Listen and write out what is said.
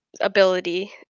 ability